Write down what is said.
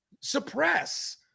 suppress